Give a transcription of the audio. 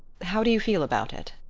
how do you feel about it?